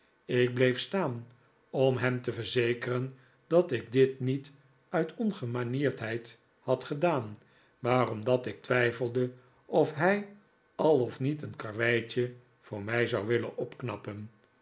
ik bleef staan om hem te verzekeren dat ik dit niet uit ongemanierdheid had gedaan maar omdat ik twijfelde of hij al of niet een karweitje voor mij zou willen opknappen